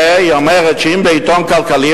והיא אומרת שאם בעיתון כלכלי,